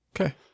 Okay